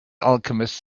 alchemist